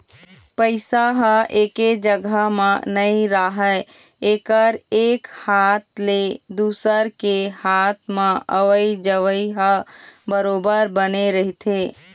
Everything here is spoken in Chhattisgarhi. पइसा ह एके जघा म नइ राहय एकर एक हाथ ले दुसर के हात म अवई जवई ह बरोबर बने रहिथे